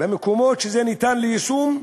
במקומות שבהם זה ניתן ליישום,